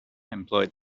employed